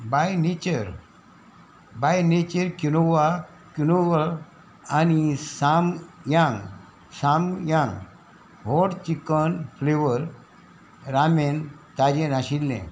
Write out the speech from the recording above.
bye nature by nature quinoa quinoa आनी Samyang Samyang होड chicken flavour ramen ताजें नाशिल्लें